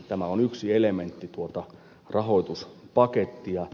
tämä on yksi elementti tuota rahoituspakettia